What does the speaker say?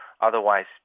Otherwise